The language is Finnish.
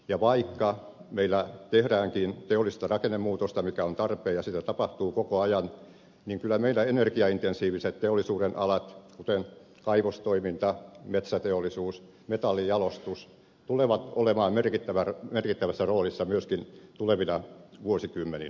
ja vaikka meillä tehdäänkin teollista rakennemuutosta mikä on tarpeen ja sitä tapahtuu koko ajan niin kyllä meillä energiaintensiiviset teollisuudenalat kuten kaivostoiminta metsäteollisuus metallinjalostus tulevat olemaan merkittävässä roolissa myöskin tulevina vuosikymmeninä